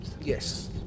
Yes